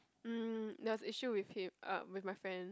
mm there was issue with him uh with my friend